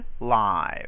live